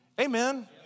Amen